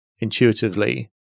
intuitively